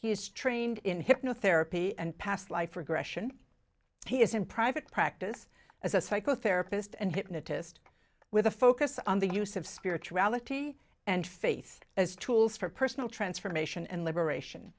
is trained in hypnotherapy and past life regression he is in private practice as a psychotherapist and hypnotist with a focus on the use of spirituality and faith as tools for personal transformation and liberation